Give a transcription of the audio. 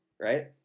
Right